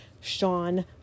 Sean